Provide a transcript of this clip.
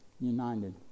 United